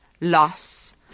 loss